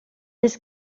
des